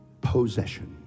possession